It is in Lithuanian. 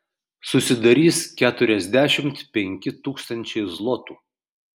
susidarys keturiasdešimt penki tūkstančiai zlotų